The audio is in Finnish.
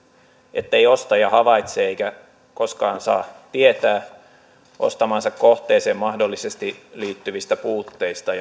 ettei ostaja havaitse eikä koskaan saa tietää ostamaansa kohteeseen mahdollisesti liittyvistä puutteista